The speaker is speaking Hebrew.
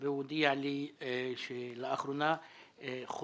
והוא הודיע לי שלאחרונה חודש